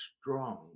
strong